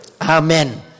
Amen